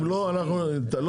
אם לא אנחנו ------ מיזוגים.